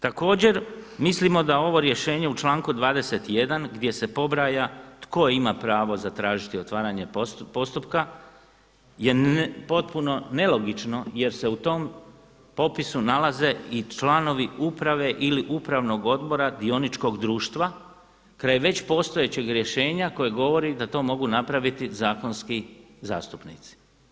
Također mislimo da ovo rješenje u članku 21. gdje se pobraja tko ima pravo zatražiti otvaranje postupka je potpuno nelogično jer se u tom popisu nalaze i članovi uprave ili upravnog odbora dioničkog društva kraj već postojećeg rješenja koje govori da to mogu napraviti zakonski zastupnici.